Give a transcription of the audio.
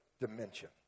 dimension